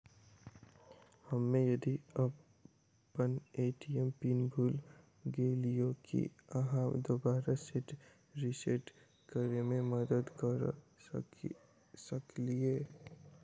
हम्मे यदि अप्पन ए.टी.एम पिन भूल गेलियै, की अहाँ दोबारा सेट रिसेट करैमे मदद करऽ सकलिये?